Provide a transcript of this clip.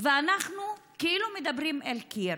ואנחנו כאילו מדברים אל קיר.